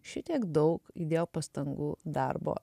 šitiek daug įdėjo pastangų darbo